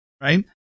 right